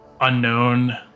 unknown